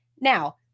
Now